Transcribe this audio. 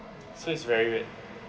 so it's very weird